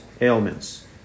ailments